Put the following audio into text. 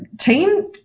team